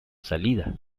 salida